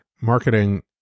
marketing